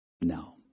No